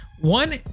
one